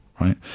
right